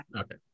okay